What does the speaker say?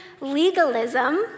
legalism